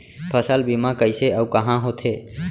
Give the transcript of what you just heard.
फसल बीमा कइसे अऊ कहाँ होथे?